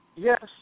Yes